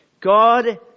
God